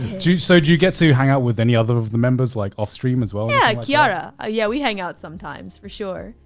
so do you get to hang out with any other of the members like off stream as well? yeah kiara. ah yeah, we hang out sometimes for sure.